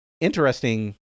interesting